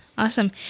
Awesome